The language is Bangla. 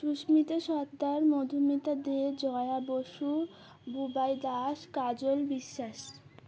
সুস্মিতা সর্দার মধুমিতা দে জয়া বসু বুবাই দাস কাজল বিশ্বাস